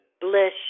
Bless